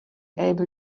able